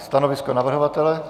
Stanovisko navrhovatele?